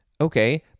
Okay